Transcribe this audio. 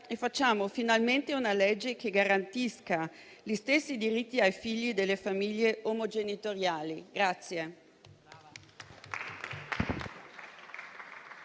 facciamo finalmente un provvedimento che garantisca gli stessi diritti ai figli delle famiglie omogenitoriali.